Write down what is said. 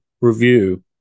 review